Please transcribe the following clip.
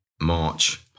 March